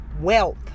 Wealth